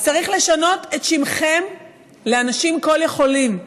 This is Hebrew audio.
אז צריך לשנות את שמכם ל"אנשים כל יכולים".